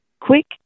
quick